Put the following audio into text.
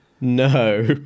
No